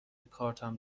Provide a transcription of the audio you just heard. کارتم